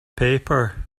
paper